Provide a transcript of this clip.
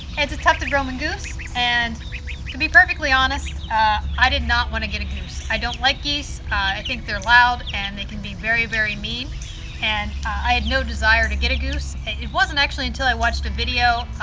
ed's a tufted roman goose and to be perfectly honest i did not want to get a goose. i don't like geese, i think they're loud and they can be very very mean and i had no desire to get a goose. it wasn't actually until i watched a video